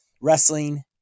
wrestling